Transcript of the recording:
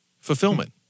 fulfillment